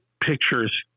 pictures